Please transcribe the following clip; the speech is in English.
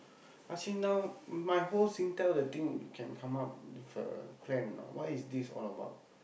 ask him now my whole Singtel the thing can come up with a plan or not what is this all about